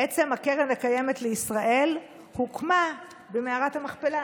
בעצם הקרן הקיימת לישראל הוקמה במערת המכפלה.